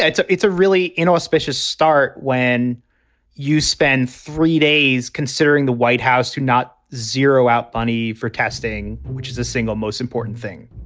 and so it's a really inauspicious start when you spend three days considering the white house to not zero out money for testing, which is the single most important thing.